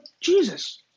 Jesus